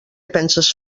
penses